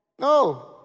No